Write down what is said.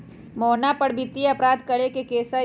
मोहना पर वित्तीय अपराध करे के केस हई